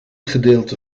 gedeelte